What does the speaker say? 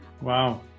Wow